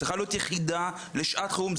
צריכה להיות יחידה לשעת חירום,